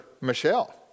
Michelle